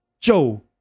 Joe